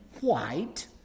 white